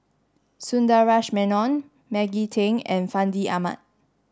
Sundaresh Menon Maggie Teng and Fandi Ahmad